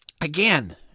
again